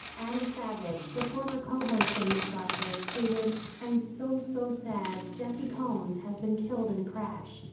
adam savage, the former co-host of mythbusters, tweeted i'm so so sad, jessi combs has been killed in a crash.